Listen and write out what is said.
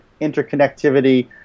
interconnectivity